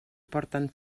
porten